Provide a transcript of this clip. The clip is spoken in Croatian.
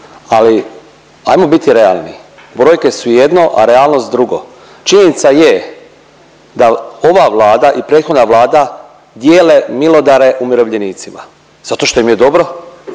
ali hajmo biti realni. Brojke su jedno, a realnost drugo. Činjenica je da ova Vlada i prethodna Vlada dijele milodare umirovljenicima zato što im je dobro.